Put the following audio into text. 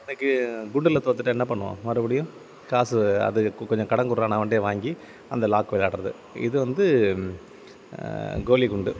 இன்னைக்கு குண்டில் தோத்துவிட்டா என்ன பண்ணுவோம் மறுபடியும் காசு அது கொஞ்சம் கடன் கொட்றா நான் அவன்டையே வாங்கி அந்த லாக் விளாட்றது இது வந்து கோலிக்குண்டு